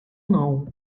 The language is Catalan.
nou